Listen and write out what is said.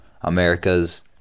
America's